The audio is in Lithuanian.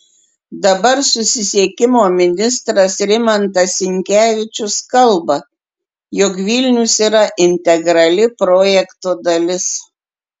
dabar susisiekimo ministras rimantas sinkevičius kalba jog vilnius yra integrali projekto dalis